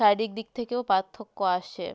শারীরিক দিক থেকেও পার্থক্য আসে